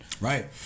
right